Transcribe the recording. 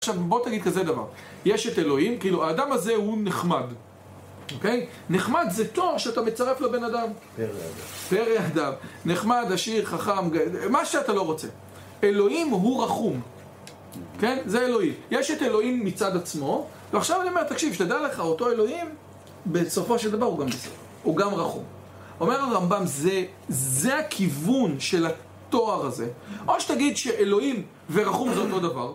עכשיו בוא תגיד כזה דבר יש את אלוהים, כאילו, האדם הזה הוא נחמד אוקיי? נחמד זה תואר שאתה מצרף לבן אדם פרא אדם נחמד, עשיר, חכם, מה שאתה לא רוצה אלוהים הוא רחום כן? זה אלוהים יש את אלוהים מצד עצמו ועכשיו אני אומר, תקשיב, שתדע לך, אותו אלוהים בסופו של דבר הוא גם רחום אומר הרמב״ם, זה הכיוון של התואר הזה או שתגיד שאלוהים ורחום זה אותו דבר